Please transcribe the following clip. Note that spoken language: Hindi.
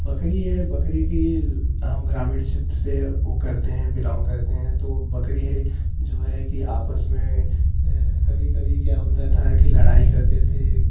बकरी है बकरी की हम ग्रामीण क्षेत्र से वह करते हैं बिलॉन्ग करते हैं तो बकरी है जो है कि आपस में कभी कभी क्या होता था कि लड़ाई करते थे